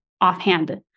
offhand